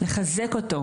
לחזק אותו,